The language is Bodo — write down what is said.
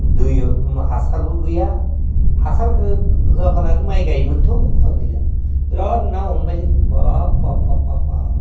दैयाव हासारबो गैया हासार होआबालानो माइ गायोमोनथ' आगोलनिया बिराद ना हमबाय जों बाफ बाफ बाफ बा